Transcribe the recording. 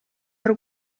per